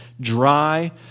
dry